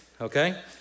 Okay